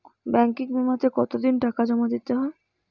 Banking বিমাতে কত দিন টাকা জমা দিতে হয়?